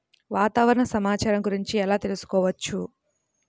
వాతావరణ సమాచారం గురించి ఎలా తెలుసుకోవచ్చు?